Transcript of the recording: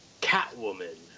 Catwoman